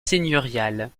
seigneuriales